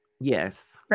Yes